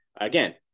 again